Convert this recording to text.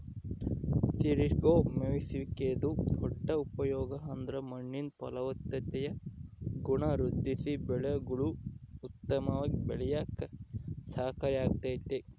ತಿರುಗೋ ಮೇಯ್ಸುವಿಕೆದು ದೊಡ್ಡ ಉಪಯೋಗ ಅಂದ್ರ ಮಣ್ಣಿಂದು ಫಲವತ್ತತೆಯ ಗುಣ ವೃದ್ಧಿಸಿ ಬೆಳೆಗುಳು ಉತ್ತಮವಾಗಿ ಬೆಳ್ಯೇಕ ಸಹಕಾರಿ ಆಗ್ತತೆ